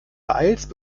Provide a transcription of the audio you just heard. beeilst